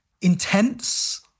Intense